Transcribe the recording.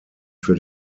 für